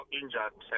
injured